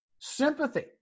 sympathy